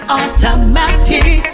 automatic